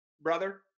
brother